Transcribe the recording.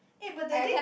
eh but that day